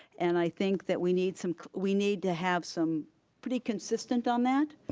and i think that we need some, we need to have some pretty consistent on that.